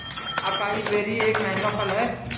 acai berry एक महंगा फल है